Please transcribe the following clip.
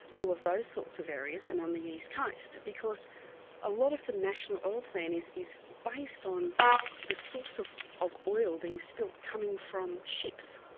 all of those sorts of areas and on the east coast. because a lot of the national oil plan is is based on the source of of oil being spilt coming from ships,